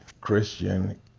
Christian